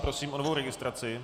Prosím o novou registraci.